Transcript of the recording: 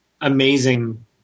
amazing